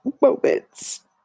moments